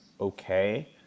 okay